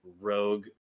Rogue